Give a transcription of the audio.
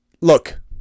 look